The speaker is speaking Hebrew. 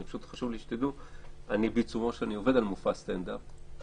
חשוב לי שתדעו, אני עובד על מופע סטנדאפ.